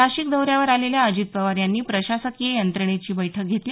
नाशिक दौऱ्यावर आलेल्या अजित पवार यांनी प्रशासकीय यंत्रणेची बैठक घेतली